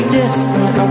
different